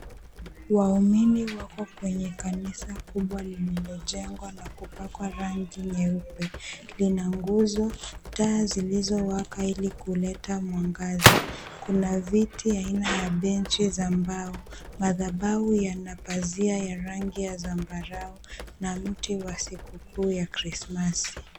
Waumini wako kwenye kanisa kubwa lililojengwa na kupakwa rangi nyeupe. Lina nguzo, taa zilizowaka ili kuleta mwangaza. Kuna viti aina ya benchi za mbao. Madhabahu yana pazia ya rangi ya zambarau na mti wa sikukuu za krismasi.